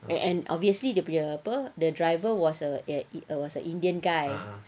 and and obviously dia punya apa the driver was a eh is a is a indian guy